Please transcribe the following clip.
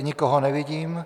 Nikoho nevidím.